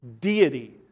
Deity